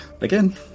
again